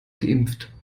geimpft